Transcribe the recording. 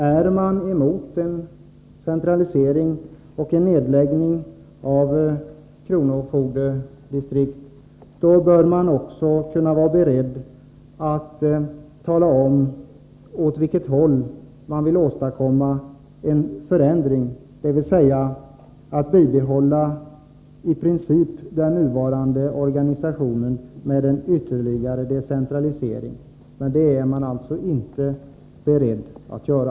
Är man emot en centralisering och en nedläggning av kronofogdedistrikt, bör man också kunna vara beredd att tala om åt vilket håll man vill åstadkomma en förändring, dvs. att bibehålla i princip den nuvarande organisationen med en ytterligare decentralisering. Det är man alltså inte beredd att göra.